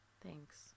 Thanks